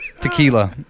tequila